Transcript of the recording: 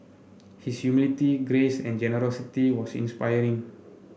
his humility grace and generosity was inspiring